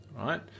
right